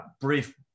brief